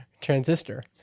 Transistor